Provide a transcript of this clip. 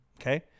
Okay